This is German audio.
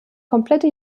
komplette